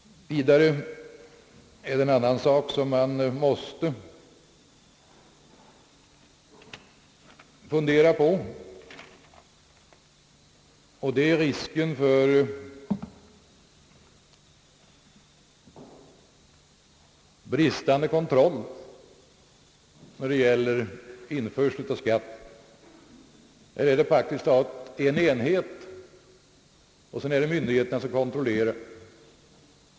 En annan sak som man måste fundera på är risken för bristande kontroll när det gäller införsel av skatten. Här är det praktiskt taget en enhet och så är det myndigheterna som kontrollerar.